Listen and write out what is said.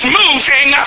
moving